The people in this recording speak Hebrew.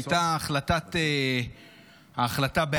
הייתה ההחלטה בהאג.